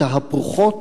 התהפוכות